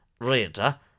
reader